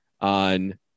on